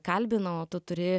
kalbino o tu turi